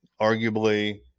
arguably